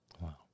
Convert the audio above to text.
Wow